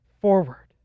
forward